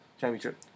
championship